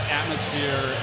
atmosphere